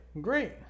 Great